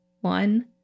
one